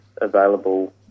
available